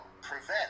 prevent